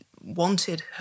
wanted